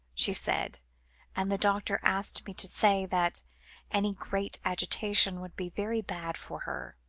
she said and the doctor asked me to say, that any great agitation would be very bad for her.